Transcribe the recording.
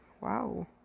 Wow